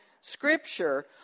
scripture